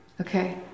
Okay